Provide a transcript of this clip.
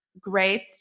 great